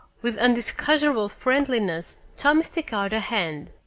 with undiscourageable friendliness, tommy stuck out a hand.